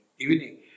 Evening